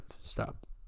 Stop